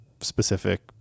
specific